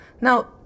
Now